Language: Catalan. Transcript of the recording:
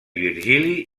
virgili